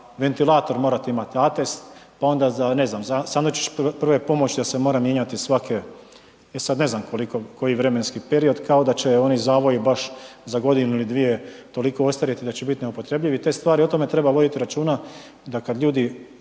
ventilator morate imati atest pa onda za ne znam, za sandučić prve pomoći da se mora mijenjati svake, e sad ne znam koji vremenski period, kao da će oni zavoji baš za godinu ili dvije toliko ostarjeti da će biti neupotrebljivi i te stvari, o tome treba voditi računa da kad ljudi